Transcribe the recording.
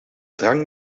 drank